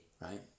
right